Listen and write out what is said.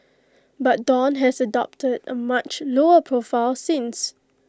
but dawn has adopted A much lower profile since